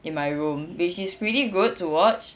in my room which is pretty good to watch